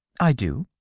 i do.